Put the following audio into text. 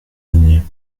lignées